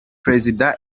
prezida